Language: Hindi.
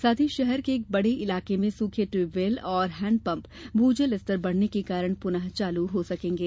साथ ही शहर के एक बड़े इलाके में सूखे ट्यूबवेल और हैण्ड पम्प भू जल स्तर बढ़ने के कारण पुनः चालू हो सकेंगे